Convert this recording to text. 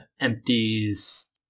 empties